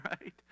Right